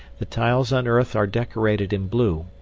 the tiles unearthed are decorated in blue,